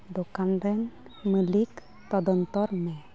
ᱫᱚᱠᱟᱱ ᱨᱮᱱ ᱢᱟᱹᱞᱤᱠ ᱛᱚᱫᱚᱱᱛᱚᱨ ᱢᱮ